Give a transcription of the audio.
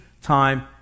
Time